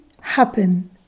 happen